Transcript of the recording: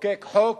חוקק חוק,